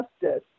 justice